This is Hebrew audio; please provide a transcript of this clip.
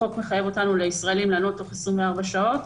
החוק מחייב אותנו לענות לישראלים תוך 24 שעות.